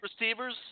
receivers